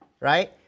right